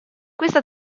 questa